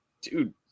dude